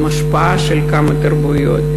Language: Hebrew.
עם השפעה של כמה תרבויות,